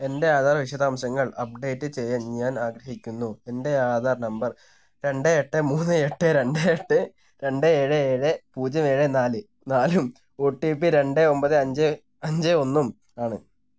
എൻ്റെ ആധാർ വിശദാംശങ്ങൾ അപ്ഡേറ്റ് ചെയ്യാൻ ഞാൻ ആഗ്രഹിക്കുന്നു എൻ്റെ ആധാർ നമ്പർ രണ്ട് എട്ട് മൂന്ന് എട്ട് രണ്ട് എട്ട് രണ്ട് ഏഴ് ഏഴ് പൂജ്യം ഏഴ് നാല് നാലും ഒ ടി പി രണ്ട് ഒമ്പത് അഞ്ച് അഞ്ച് ഒന്നും ആണ്